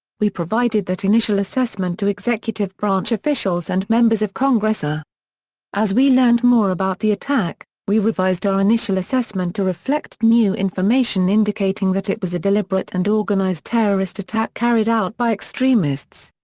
we provided that initial assessment to executive branch officials and members of congress. ah as we learned more about the attack, we revised our initial assessment to reflect new information indicating that it was a deliberate and organized terrorist attack carried out by extremists.